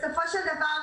בסופו של דבר